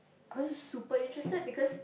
I wasn't super interested because